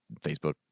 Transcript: Facebook